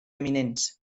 eminents